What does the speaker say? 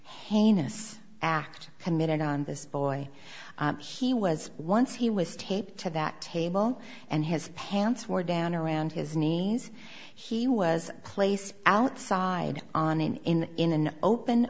heinous act committed on this boy he was once he was taped to that table and his pants were down around his knees he was placed outside on in in an open